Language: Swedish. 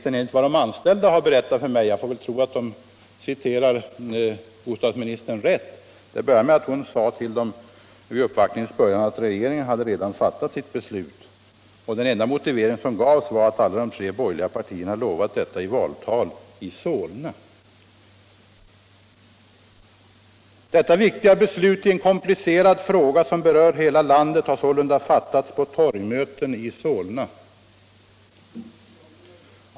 Enligt vad de anställda har berättat för mig, sade bostadsministern vid mötets början att regeringen redan hade fattat sitt beslut. Den enda motivering som gavs var att alla de tre borgerliga partierna i valtal i Solna hade lovat att upphäva det tidigare beslutet. Detta viktiga beslut i en komplicerad fråga som berör hela landet har sålunda fattats på torgmöten i Solna.